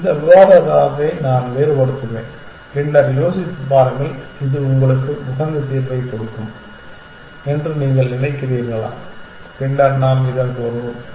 இந்த விவாதத் தரத்தை நான் வேறுபடுத்துவேன் பின்னர் யோசித்துப் பாருங்கள் இது உங்களுக்கு உகந்த தீர்வைக் கொடுக்கும் என்று நீங்கள் நினைக்கிறீர்களா பின்னர் நாம் இதற்கு வருவோம்